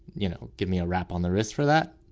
you know, give me a wrap on the wrist for that.